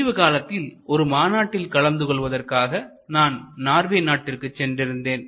சமீப காலத்தில் ஒரு மாநாட்டில் கலந்து கொள்வதற்காக நான் நார்வே நாட்டிற்கு சென்றிருந்தேன்